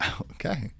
Okay